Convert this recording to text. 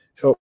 help